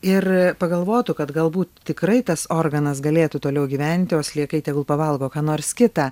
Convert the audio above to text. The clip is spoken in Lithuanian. ir pagalvotų kad galbūt tikrai tas organas galėtų toliau gyventi o sliekai tegul pavalgo ką nors kitą